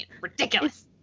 ridiculous